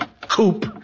coop